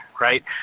right